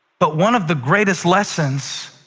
but one of the greatest lessons